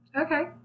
okay